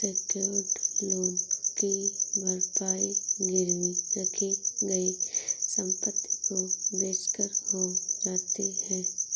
secured loan की भरपाई गिरवी रखी गई संपत्ति को बेचकर हो जाती है